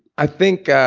i think.